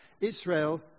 Israel